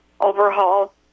overhaul